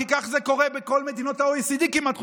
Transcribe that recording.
כי כך זה קורה בכל מדינות ה-OECD כמעט,